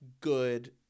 good